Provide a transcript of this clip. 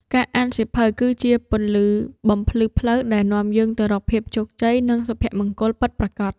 ការអានសៀវភៅ គឺជាពន្លឺបំភ្លឺផ្លូវដែលនាំយើងទៅរកភាពជោគជ័យ និងសុភមង្គលពិតប្រាកដ។